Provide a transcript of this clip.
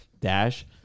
Dash